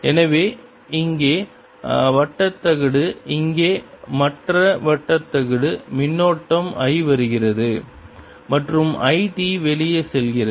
எனவே இங்கே வட்டத் தகடு இங்கே மற்ற வட்டத் தகடு மின்னோட்டம் I வருகிறது மற்றும் It வெளியே செல்கிறது